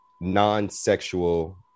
non-sexual